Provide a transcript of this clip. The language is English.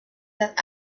that